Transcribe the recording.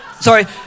Sorry